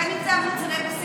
בין אם זה מוצרי הבסיס,